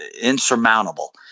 insurmountable